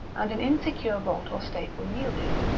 and an insecure bolt or staple yielded.